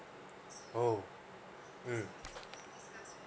oh mm